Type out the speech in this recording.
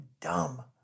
dumb